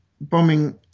bombing